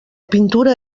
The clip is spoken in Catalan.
pintura